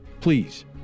please